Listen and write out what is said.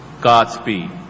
Godspeed